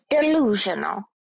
delusional